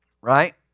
right